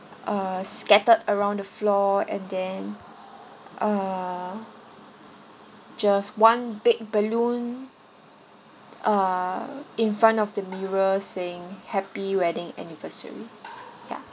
uh scattered around the floor and then uh just one big balloon uh in front of the mirror saying happy wedding anniversary yeah